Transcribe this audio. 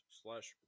slash